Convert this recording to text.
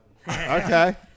Okay